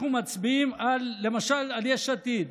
אנחנו מצביעים למשל על יש עתיד: